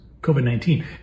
COVID-19